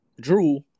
Drew